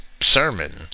sermon